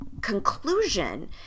conclusion